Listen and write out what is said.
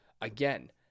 again